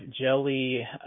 jelly